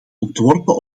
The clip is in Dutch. ontworpen